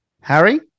Harry